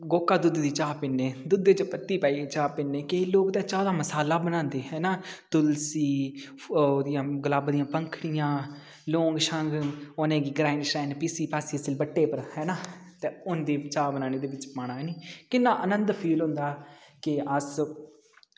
गोह्का चाह् पीन्ने दुद्ध च पत्ती पाइयै चाह् पीन्ने केईं लोग चाह् दा मसाला बनांदे ठीक ऐ तुलसी ओह् ओह्दियां गुलाब दियां पंखुड़ियां लौंग उनेंगी ग्राईंड बट्टै उप्पर पीसियै ऐ ना ते उंदी चाह् बनानी दे बिच पाना ऐ ना किन्ना आनंद फील होंदा की अस